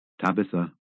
Tabitha